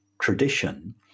tradition